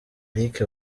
eric